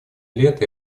лет